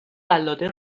قلاده